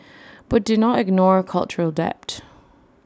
but do not ignore cultural debt